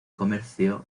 comercio